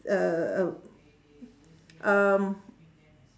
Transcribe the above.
uhh um